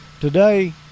Today